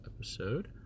episode